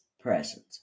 presence